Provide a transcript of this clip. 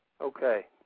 Okay